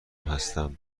هستم